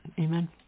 Amen